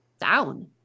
down